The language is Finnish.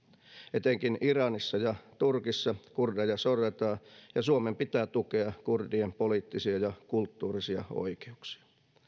etenkin iranissa ja turkissa kurdeja sorretaan ja suomen pitää tukea kurdien poliittisia ja kulttuurisia oikeuksia